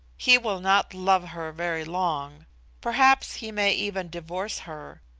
he will not love her very long perhaps he may even divorce her.